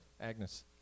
Agnes